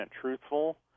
truthful